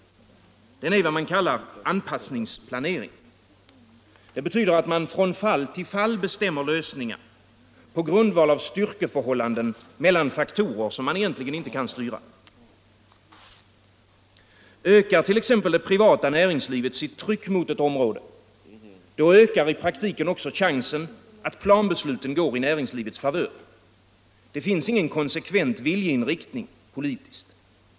Den är vad man kallar en anpassningsplanering. Det betyder att man från fall till fall bestämmer lösningar på grundval av styrkeförhållanden mellan faktorer, som man egentligen inte kan styra. Ökar t.ex. det privata näringslivet sitt tryck mot ett område, ökar i praktiken också chansen att planbesluten går i näringslivets favör. Det finns ingen konsekvent politisk viljeinriktning.